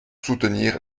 soutenir